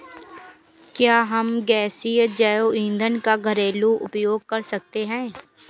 क्या हम गैसीय जैव ईंधन का घरेलू उपयोग कर सकते हैं?